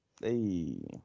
Hey